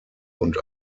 und